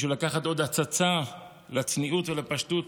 בשביל לקחת עוד הצצה לצניעות ולפשטות